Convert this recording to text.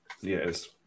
yes